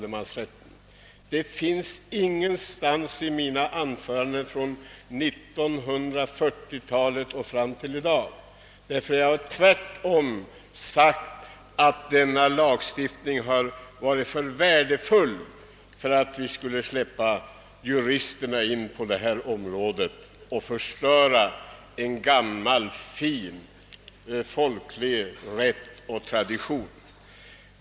Ett sådant önskemål finns ingenstans i mina anföranden från 1940-talet fram till i dag. Jag har tvärtom sagt att allemansrätten är alltför värdefull för att man skulle låta juristerna förstöra denna gamla fina folkliga rättighet och tradition.